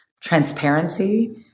transparency